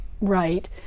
right